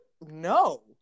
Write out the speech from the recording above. no